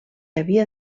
havia